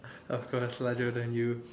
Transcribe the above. of course lah Jordan you